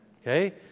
Okay